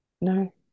No